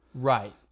Right